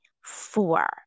four